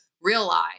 realize